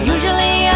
Usually